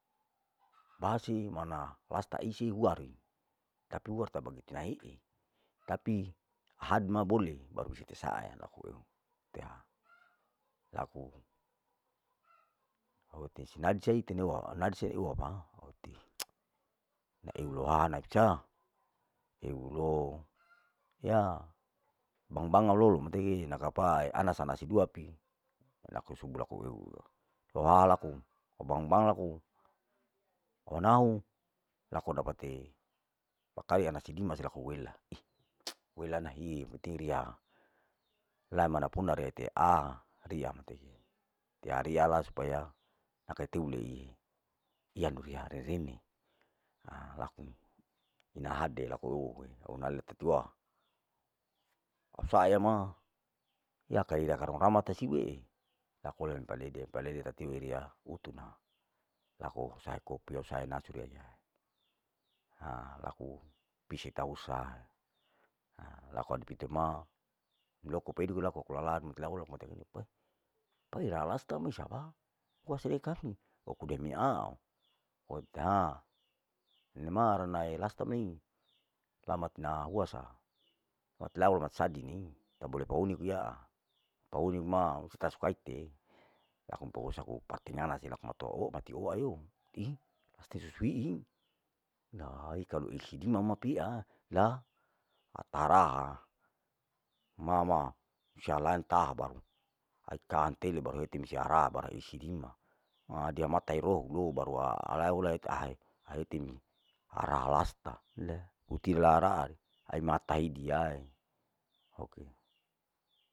Pasi mana lasta esie huari, tapi warta bagut ina'ie tapi ahad ma bole baru ise kisaa ae laku teha laku au tedsi natsa ite neuwa natsa ewama, laou lohanan ca elou lo ya, bangun bangun au lolo matei kapaae ana samasi dua pi, laku usub laku lohaha laku au bangun bangun laku au anau laku au dapate pakai anasi dima selaku wela, wela na hei pute riya la mana puna riya retea riya matei, tea riyala supaya nakai teulei iya nunuriya rene, ha laku ina hadde laku eeue auna lete dua, au saa ye ma yakae ya karong lama tasiwie tatiwe riya hutudua, laku au saa kopi, au saa nasaro ha laku pisie tausaa, ha laku adi pito ma iloko peduke laku aku ilala met laola mati irupae, paera lasta misapa, wa seekami aku demi aau, wata enemarana lae lasta nei, tamat na huasa mat lau mat sadi ni, tau bole kooni kia, paori ma star suka eite aku poos aku nalase laku matoou mati uaeu ihi stir rii na kalu isi dima ma pia la ataraa, mam sianlan taha baru kahan tele baru kaharaa baru isi di ma adia mata eroho rou baru aalae ulae tahae araha lasta inae uti la raari ai mata ai diai.